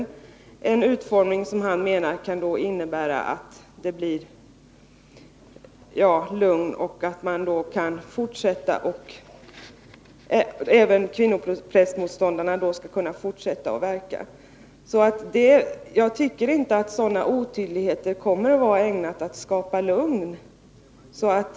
Han menade att den är så utformad att det kan bli lugn i kyrkan och att även kvinnoprästmotståndarna kan fortsätta att verka. Jag tror inte att sådana otydligheter är ägnade att skapa lugn.